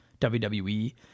WWE